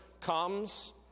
Comes